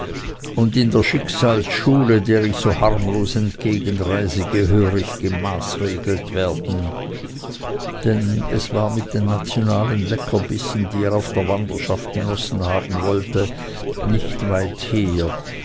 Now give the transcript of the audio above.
und in der schicksalsschule der ich so harmlos entgegenreise gehörig gemaßregelt werden denn es war mit den nationalen leckerbissen die er auf der wanderschaft genossen haben wollte nicht weit her